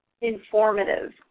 informative